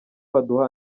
baduha